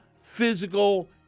physical